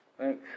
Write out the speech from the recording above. Thanks